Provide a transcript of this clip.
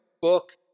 book